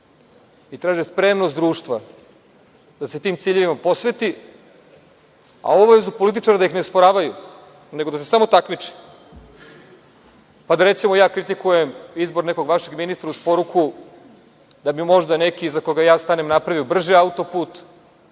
i traže spremnost društva da se tim ciljevima posveti, a obavezu političara da ih ne osporavaju, nego da se samo takmiče, pa da, recimo, ja kritikujem izbor nekog vašeg ministra, uz poruku da bi možda neki iza kojeg ja stanem napravio brže autoput,